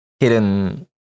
Hidden